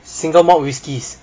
single malt whiskies